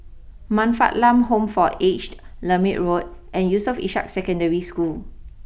Man Fatt Lam Home for Aged Lermit Road and Yusof Ishak Secondary School